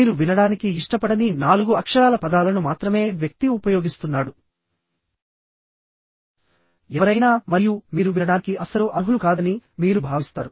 మీరు వినడానికి ఇష్టపడని నాలుగు అక్షరాల పదాలను మాత్రమే వ్యక్తి ఉపయోగిస్తున్నాడు ఎవరైనా మరియు మీరు వినడానికి అస్సలు అర్హులు కాదని మీరు భావిస్తారు